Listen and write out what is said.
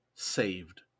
saved